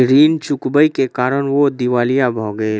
ऋण चुकबै के कारण ओ दिवालिया भ गेला